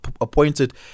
appointed